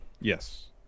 Yes